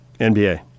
NBA